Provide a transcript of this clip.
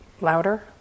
louder